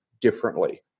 differently